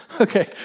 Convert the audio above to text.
Okay